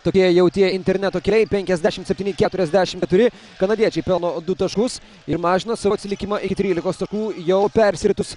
tokie jau tie interneto keliai penkiasdešimt septyni keturiasdešimt keturi kanadiečiai pelno du taškus ir mažina savo atsilikimą iki trylikos taškų jau persiritus